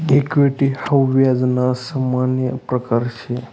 equity हाऊ व्याज ना सामान्य प्रकारसे